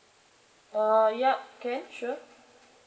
uh ya can sure